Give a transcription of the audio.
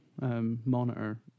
monitor